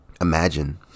imagine